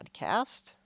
podcast